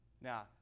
Now